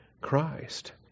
Christ